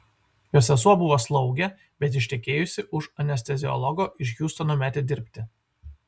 jo sesuo buvo slaugė bet ištekėjusi už anesteziologo iš hjustono metė dirbti